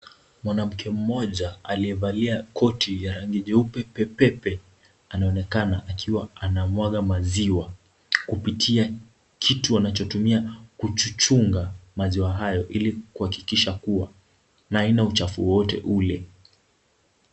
Mwanamke mmoja aliyevalia koti ya rangi jeupe pepepe, anaonekana akiwa anamwaga maziwa kupitia kitu anachotumia kuchuchunga maziwa hayo ili kuhakikisha kuwa haina uchafu wowote ule.